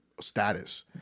status